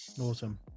Awesome